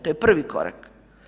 To je prvi korak.